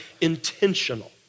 intentional